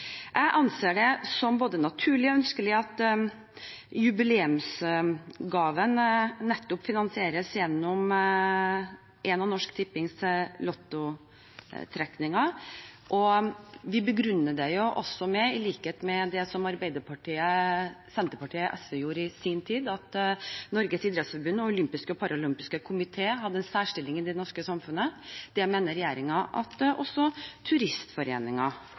Jeg anser det som både naturlig og ønskelig at jubileumsgaven nettopp finansieres gjennom en av Norsk Tippings lottotrekninger. Begrunnelsen er den samme som Arbeiderpartiet, Senterpartiet og SV hadde i sin tid – at Norges idrettsforbund og olympiske og paralympiske komité hadde en særstilling i det norske samfunnet. Det mener regjeringen at også